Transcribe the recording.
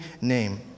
name